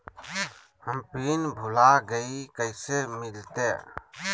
हम पिन भूला गई, कैसे मिलते?